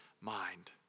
mind